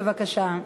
בבקשה.